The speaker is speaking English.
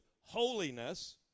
holiness